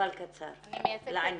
אבל קצר ולעניין.